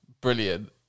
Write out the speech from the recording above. Brilliant